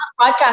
podcast